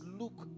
look